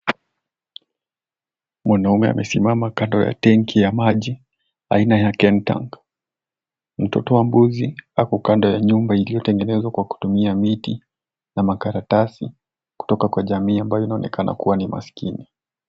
Mwanaume amesimama kando ya tenki ya maji aina ya kentank. Mtoto wa mbuzi ako kando ya nyumba ilio tengenezwa kwa kutumia miti na makaratasi kutoka kwa jamii ambayo inaonekana kuwa ni maskini.